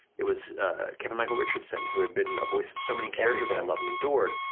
it was kevin michael richardson who had been a voice of so many characters i love and adore.